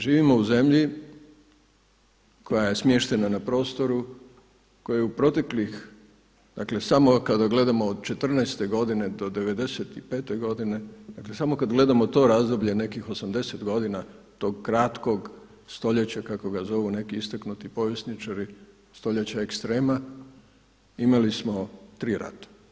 Živimo u zemlji koja je smještena na prostoru koja je u proteklih, dakle, samo kada gledamo od 14. godine do 95. godine, dakle, samo kad gledamo to razdoblje nekih 80 godina tok kratkog stoljeća kako ga zovu neki istaknuti povjesničari, stoljeća ekstrema, imali smo tri rata.